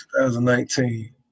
2019